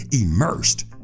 Immersed